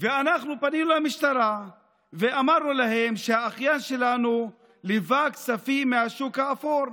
ופנינו למשטרה ואמרנו לה שהאחיין שלנו לווה כספים מהשוק האפור,